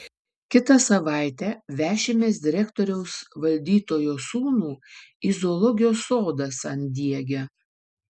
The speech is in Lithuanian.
kitą savaitę vešimės direktoriaus valdytojo sūnų į zoologijos sodą san diege